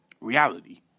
reality